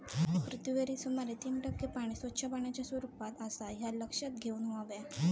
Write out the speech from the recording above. पृथ्वीवरील सुमारे तीन टक्के पाणी स्वच्छ पाण्याच्या स्वरूपात आसा ह्या लक्षात घेऊन हव्या